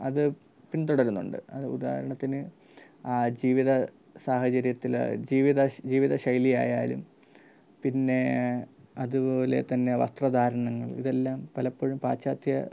അത് പിന്തുടരുന്നുണ്ട് അത് ഉദാഹരണത്തിന് ജീവിത സാഹചര്യത്തില് ജീവിത ജീവിതശൈലിയായാലും പിന്നെ അതുപോലെ തന്നെ വസ്ത്രധാരണങ്ങൾ ഇതെല്ലാം പലപ്പോഴും പാശ്ചാത്യ